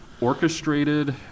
orchestrated